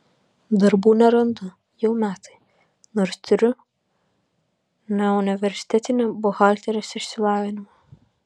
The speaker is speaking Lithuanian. darbų nerandu jau metai nors turiu neuniversitetinį buhalterės išsilavinimą